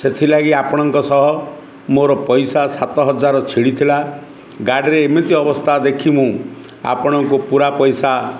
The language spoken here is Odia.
ସେଥିଲାଗି ଆପଣଙ୍କ ସହ ମୋର ପଇସା ସାତ ହଜାର ଛିଡ଼ିଥିଲା ଗାଡ଼ିରେ ଏମିତି ଅବସ୍ଥା ଦେଖି ମୁଁ ଆପଣଙ୍କୁ ପୁରା ପଇସା